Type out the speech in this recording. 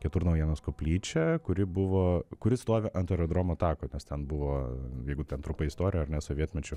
keturnaujienos koplyčia kuri buvo kuri stovi ant aerodromo tako nes ten buvo jeigu ten trumpai istoriją ar ne sovietmečiu